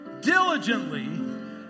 diligently